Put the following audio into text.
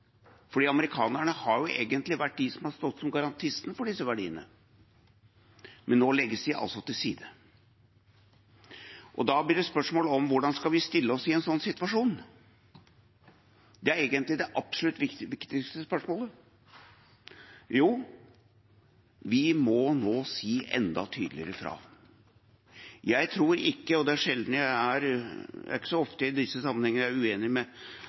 amerikanerne har jo egentlig vært de som har stått som garantistene for disse verdiene. Nå legges de altså til side. Da blir det spørsmål om hvordan vi skal stille oss i en sånn situasjon. Det er egentlig det absolutt viktigste spørsmålet. Jo, vi må nå si enda tydeligere ifra. Det er ikke så ofte i disse sammenhenger jeg er